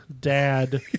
dad